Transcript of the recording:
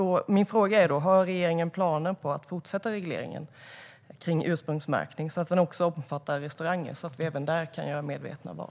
Min fråga är: Har regeringen planer på att fortsätta regleringen när det gäller ursprungsmärkning så att den också omfattar restauranger och så att vi även där kan göra medvetna val?